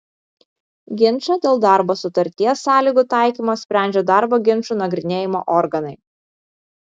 ginčą dėl darbo sutarties sąlygų taikymo sprendžia darbo ginčų nagrinėjimo organai